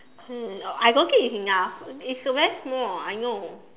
hmm I don't think it's enough it's very small I know